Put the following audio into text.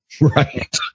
Right